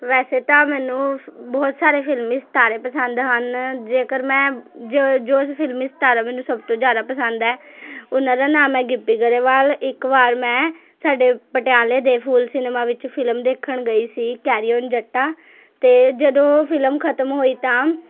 ਵੈਸੇ ਤਾਂ ਮੈਨੂੰ ਬਹੁਤ ਸਾਰੇ ਫਿਲਮੀ ਸਿਤਾਰੇ ਪਸੰਦ ਹਨ ਜੇਕਰ ਮੈਂ ਜੋ ਜੋ ਫਿਲਮੀ ਸਿਤਾਰਾ ਮੈਨੂੰ ਸਭ ਤੋਂ ਜਿਆਦਾ ਪਸੰਦ ਹੈ ਉਹਨਾਂ ਦਾ ਨਾਮ ਹੈ ਗਿੱਪੀ ਗਰੇਵਾਲ ਇੱਕ ਵਾਰ ਮੈਂ ਸਾਡੇ ਪਟਿਆਲੇ ਦੇ ਫੂਲ ਸਿਨਮਾ ਵਿੱਚ ਫਿਲਮ ਦੇਖਣ ਗਈ ਸੀ ਕੈਰੀ ਓਨ ਜੱਟਾ ਅਤੇ ਜਦੋਂ ਓਹ ਫਿਲਮ ਖਤਮ ਹੋਈ ਤਾਂ